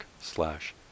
slash